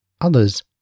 others